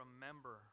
remember